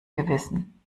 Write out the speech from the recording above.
gewissen